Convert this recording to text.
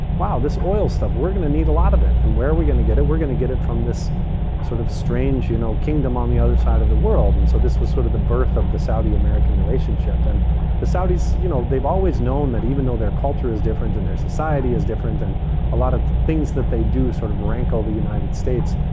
wow, this oil stuff, we're going to need a lot of it. and where we're going to get it, we're gonna get it from this sort of strange, you know, kingdom on the other side of the world. and so this was sort of the birth of the saudi american relationship. and the saudis, you know, they've always known that even though their culture is different and their society is different and a lot of things that they do sort of rankle the united states.